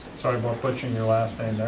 sorry about butchering your last name there.